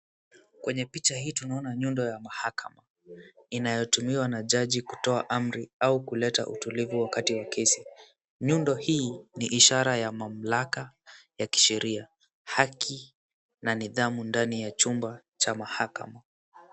Kwenye picha hii, tunaona nyundo ya mahakama inayotumiwa na jaji kutoa amri au kuleta utulivu wakati wa kesi. Nyundo hii ni ishara ya mamlaka ya kisheria, haki, na nidhamu ndani ya chumba cha mahakama.